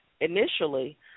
initially